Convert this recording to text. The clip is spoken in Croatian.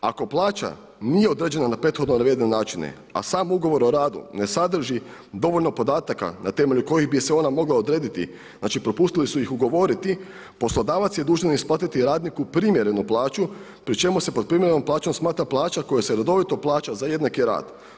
Ako plaća nije određena na prethodno navedene načine a sam ugovor o radu ne sadrži dovoljno podataka na temelju kojih bi se ona mogla odrediti, znači propustili su ih ugovoriti, poslodavac je dužan isplatiti radniku primjerenu plaću pri čemu se pod primjerenom plaćom smatra plaća koja se redovito plaća za jednaki rad.